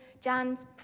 Jan's